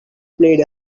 played